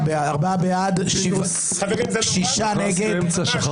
מי נמנע?